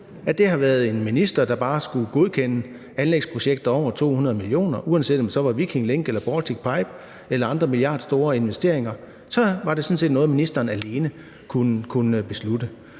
bare har været en minister, der skulle godkende anlægsprojekter på over 200 mio. kr., uanset om det så var Viking Link eller Baltic Pipe eller andre milliardstore investeringer. Det var sådan set noget, ministeren alene kunne beslutte.